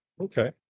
Okay